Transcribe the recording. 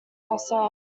ourselves